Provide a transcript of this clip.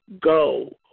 go